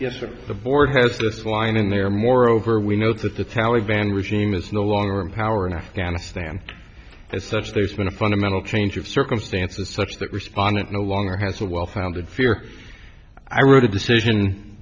but the board has this line in there moreover we know that the taliban regime is no longer in power in afghanistan as such there's been a fundamental change of circumstances such that respondent no longer has a well founded fear i wrote a decision